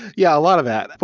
yeah, a lot of that.